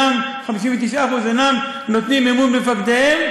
59% אינם נותנים אמון במפקדיהם,